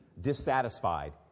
dissatisfied